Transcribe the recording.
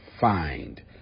find